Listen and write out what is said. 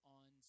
on